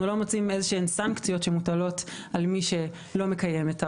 אנחנו לא מוצאים איזשהן סנקציות שמוטלות על מי שלא מקיים את ההוראות.